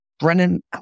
Brennan